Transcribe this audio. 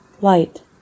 light